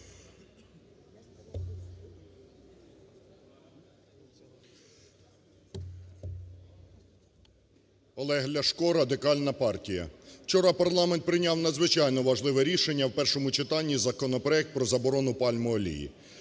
Олег Ляшко, Радикальна партія. Вчора парламент прийняв надзвичайно важливе рішення: в першому читанні законопроект про заборону пальмової